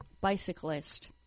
bicyclist